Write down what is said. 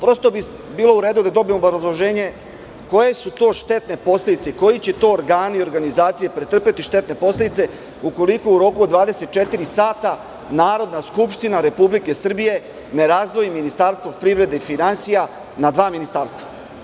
Prosto bi bilo u redu da dobijemo obrazloženje, koje su to štetne posledice, koji će to organi i organizacije pretrpeti štetne posledice, ukoliko u roku od 24 sata Narodna skupština Republike Srbije ne razdvoji Ministarstvo privrede i finansija na dva ministarstva?